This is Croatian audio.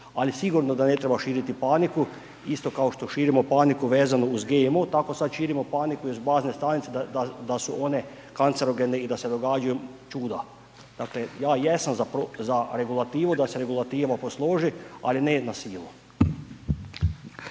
ali sigurno da ne treba širiti paniku isto kao što širimo paniku vezano uz GMO, tako sad širimo paniku iz bazne stanice da su one kancerogene i da se događaju čuda. Dakle, ja jesam za regulativu, da se regulativa posloži, ali ne na sivo.